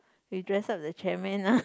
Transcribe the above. you dress up the chairman lah